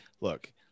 look